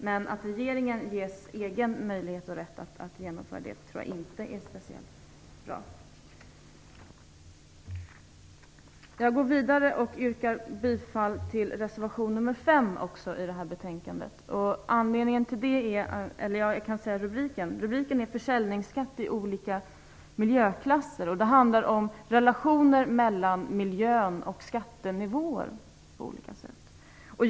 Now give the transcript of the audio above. Men jag tror inte att det är speciellt bra att regeringen ges egen möjlighet och rätt genomföra detta. Jag går vidare och yrkar bifall till reservation nr 5 i det här betänkandet. Rubriken är Försäljningsskatt i olika miljöklasser. Det handlar om relationer mellan miljön och skattenivåer på olika sätt.